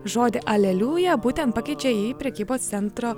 žodį aleliuja būtent pakeičia į prekybos centro